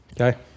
okay